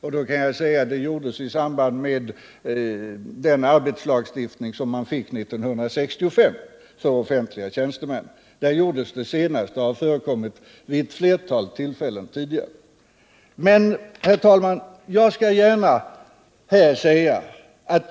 Jag kan säga att det senast förekom i samband med den arbetslagstiftning som infördes 1965 för offentligt anställda tjänstemän, men uttalandet har även förekommit vid ett fertal tillfällen tidigare. Herr talman!